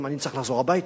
אני גם צריך לחזור הביתה.